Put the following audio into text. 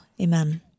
Amen